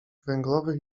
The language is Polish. węglowych